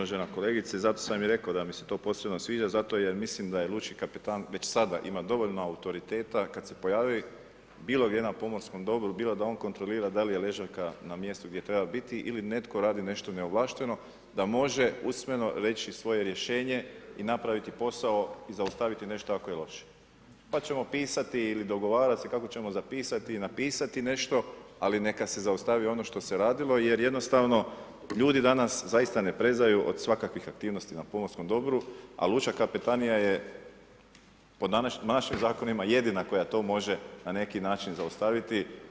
Uvažena kolegice, zato sam i rekao da mi se to posebno sviđa zato jer mislim da lučki kapetan već sada ima dovoljno autoriteta kad se pojavi bilo gdje na pomorskom dobru, bilo da on kontrolira da li je ležaljka na mjestu gdje treba biti ili netko radi nešto neovlašteno, da može usmeno reći svoje rješenje i napraviti posao, zaustaviti nešto ako je loše, pa ćemo pisati ili dogovarati se, kako ćemo zapisati ili napisati nešto ali neka se zaustavi ono što se radilo jer jednostavno ljudi danas zaista ne prežu od svakakvih aktivnosti na pomorskom dobru a lučka kapetanija je po našim zakonima, jedina koja to može na neki način zaustaviti.